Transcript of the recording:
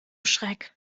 schreck